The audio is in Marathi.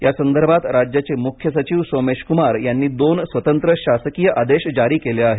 या संदर्भात राज्याचे मुख्य सचिव सोमेश कूमार यांनी दोन स्वतंत्र शासकीय आदेश जारी केले आहेत